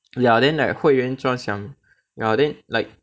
ya then like 会员专享 ya then like